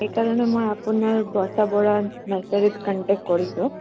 সেইকাৰণে মই আপোনাৰ বৰ্ষা বৰা নাৰ্চাৰীত কণ্টেক্ট কৰিছোঁ